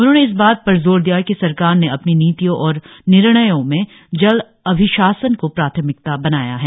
उन्होंने इस बात पर जोर दिया कि सरकार ने अपनी नीतियों और निर्णयों में जल अभिशासन को प्राथमिकता बनाया है